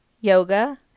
yoga